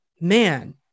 man